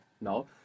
No